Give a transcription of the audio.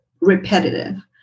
repetitive